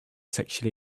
sexually